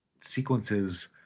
sequences